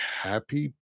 happy